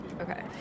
Okay